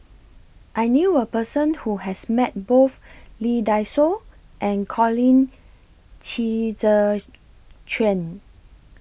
I knew A Person Who has Met Both Lee Dai Soh and Colin Qi Zhe Quan